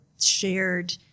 shared